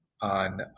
on